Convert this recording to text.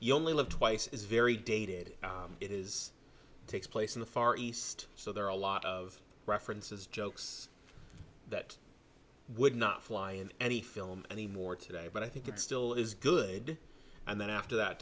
you only live twice is very dated it is takes place in the far east so there are a lot of references jokes that would not fly in any film anymore today but i think it still is good and then after that